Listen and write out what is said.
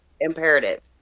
imperative